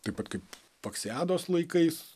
taip pat kaip paksiados laikais